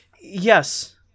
yes